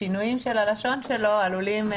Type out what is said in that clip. אז השינויים של הלשון שלו עלולים,